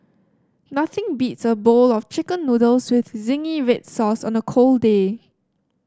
nothing beats a bowl of Chicken Noodles with zingy red sauce on a cold day